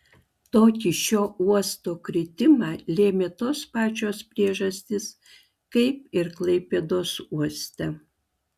tokį šio uosto kritimą lėmė tos pačios priežastys kaip ir klaipėdos uoste